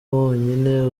wonyine